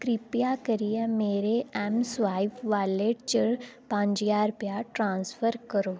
किरपा करियै मेरे ऐम्मस्वाइप वालेट च पंज ज्हार रपेआ ट्रांसफर करो